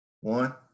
One